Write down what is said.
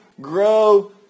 grow